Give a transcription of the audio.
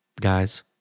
Guys